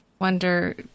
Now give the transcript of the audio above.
Wonder